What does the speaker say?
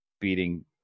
beating